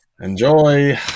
enjoy